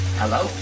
hello